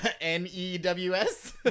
N-E-W-S